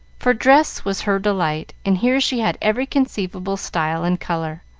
for dress was her delight, and here she had every conceivable style and color.